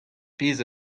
pezh